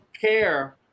care